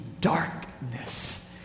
darkness